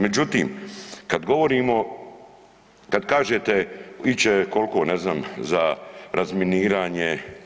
Međutim, kad govorimo, kad kažete ići će koliko ne znam za razminiranje.